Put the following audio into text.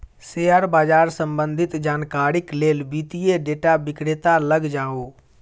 share बाजार सम्बंधित जानकारीक लेल वित्तीय डेटा विक्रेता लग जाऊ